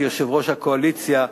כיושב-ראש הקואליציה,